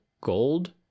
gold